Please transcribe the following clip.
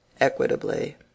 equitably